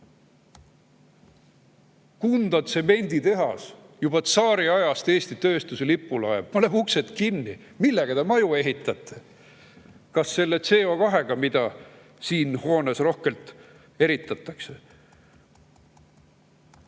Kunda tsemenditehas, juba tsaariajast Eesti tööstuse lipulaev, paneb uksed kinni. Millega te maju hakkate ehitama? Kas selle CO2‑ga, mida siin hoones rohkelt eritatakse?